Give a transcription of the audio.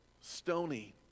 stony